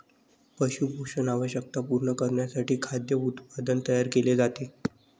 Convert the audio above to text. पशु पोषण आवश्यकता पूर्ण करण्यासाठी खाद्य उत्पादन तयार केले जाते